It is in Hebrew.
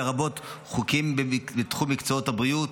לרבות חוקים בתחום מקצעות הבריאות,